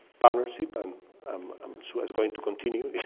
partnership and i'm um sure it's going to continue.